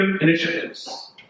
initiatives